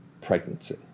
pregnancy